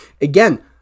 Again